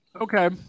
Okay